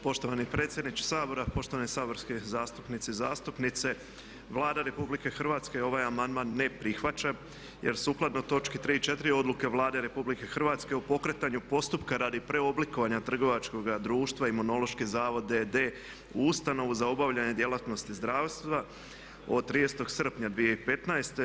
Poštovani predsjedniče Sabora, poštovane saborske zastupnice i zastupnici Vlada Republike Hrvatske ovaj amandman ne prihvaća jer sukladno točki 3. i 4. Odluke Vlade RH o pokretanju postupka radi preoblikovanja trgovačkog društva Imunološki zavod d.d. u ustanovu za obavljanje djelatnosti zdravstva od 30. srpnja 2015.